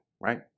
right